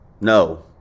No